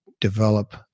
develop